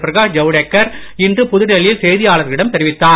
பிரகாஷ் ஜவ்டேக்கர் இன்று புதுடெல்லியில் செய்தியாளர்களிடம் தெரிவித்தார்